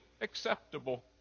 acceptable